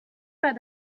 pas